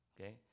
okay